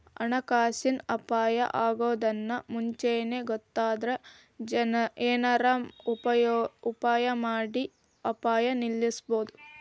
ಹಣಕಾಸಿನ್ ಅಪಾಯಾ ಅಗೊದನ್ನ ಮುಂಚೇನ ಗೊತ್ತಾದ್ರ ಏನರ ಉಪಾಯಮಾಡಿ ಅಪಾಯ ನಿಲ್ಲಸ್ಬೊದು